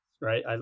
Right